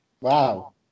Wow